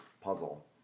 puzzle